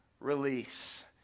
release